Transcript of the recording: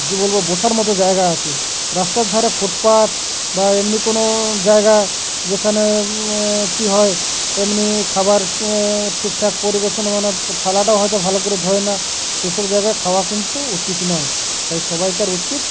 কী বলবো বসার মতো জায়গা আছে রাস্তার ধারে ফুটপাথ বা এমনি কোনো জায়গা যেখানে কী হয় এমনি খাবার ঠিক ঠাক পরিবেশন মানে থালাটাও হয়তো ভালো করে ধোয় না সেসব জায়গায় খাওয়া কিন্তু উচিত নয় তাই সবাইকার উচিত